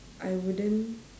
I wouldn't